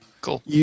Cool